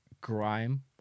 Grime